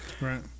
right